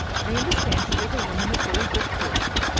i understand she is a woman of very good fortune.